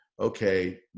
okay